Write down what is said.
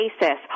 basis